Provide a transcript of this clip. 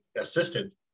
assistant